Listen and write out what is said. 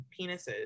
penises